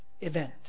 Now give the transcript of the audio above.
event